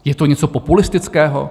Je to něco populistického?